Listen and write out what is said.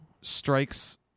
Strikes